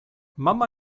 mama